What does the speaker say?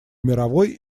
мировой